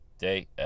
day